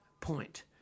point